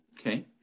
Okay